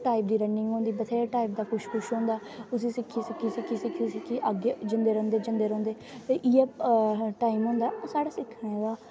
type दी running होंदी बथ्हेरे टाईप दा किश किश होंदा उसी सिक्खी सिक्खी सिक्खी अग्गें जंदे रौंह्दे जंदे रौंह्दे ते इ'यै टाईम होंदा साढ़ा सिक्खने दा